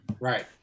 Right